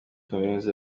kaminuza